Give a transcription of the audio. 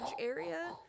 area